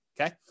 okay